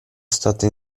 stata